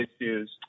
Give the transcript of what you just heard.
issues